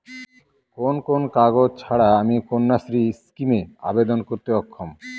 কোন কোন কাগজ ছাড়া আমি কন্যাশ্রী স্কিমে আবেদন করতে অক্ষম?